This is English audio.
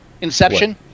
Inception